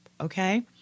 okay